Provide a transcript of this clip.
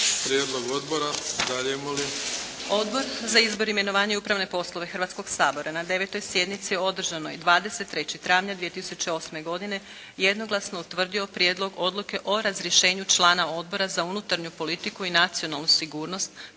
Prijedlog odbora. Dalje molim.